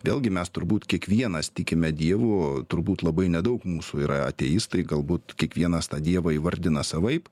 vėlgi mes turbūt kiekvienas tikime dievu turbūt labai nedaug mūsų yra ateistai galbūt kiekvienas tą dievą įvardina savaip